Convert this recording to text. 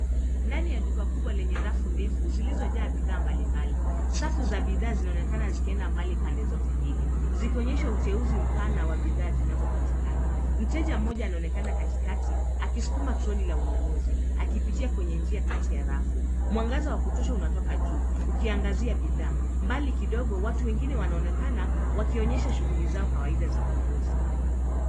Ndani ya duka kubwa lenye rafu ndefu, zilizo jaa bidhaa mbali mbali. Safu za bidhaa zinaonekana zikienda mbali pande zote mbili. Zikionyesha uteuzi mpana wa bidhaa zinazopatikana. Mteja mmoja anaonekana katikati, akisukuma troli la ununuzi. Akipitia kwenye njia kati ya rafu. Mwangaza wa kutosha unatoka juu, ukiangazia bidhaa. Mbali kidogo, watu wengine wanaonekana wakionyesha shughuli zao kawaida za ununuzi.